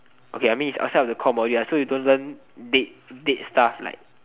okay I mean it's outside of the core module so you don't learn dead stuff like